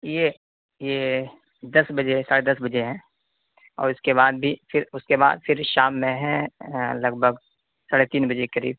یہ یہ دس بجے ساڑھے دس بجے ہے اور اس کے بعد بھی پھر اس کے بعد پھر شام میں ہے لگ بھگ ساڑھے تین بجے کے قریب